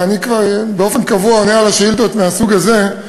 אני עונה באופן קבוע על השאילתות מהסוג הזה.